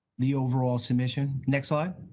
the over all submission. next slide.